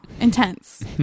Intense